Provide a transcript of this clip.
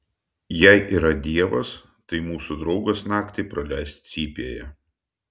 jei yra dievas tai mūsų draugas naktį praleis cypėje